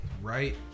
right